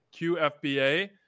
QFBA